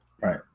Right